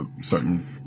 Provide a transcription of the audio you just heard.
certain